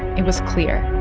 it was clear.